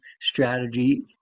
strategy